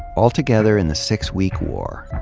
altogether in the six week war,